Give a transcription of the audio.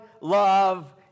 love